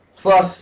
plus